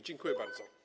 Dziękuję bardzo.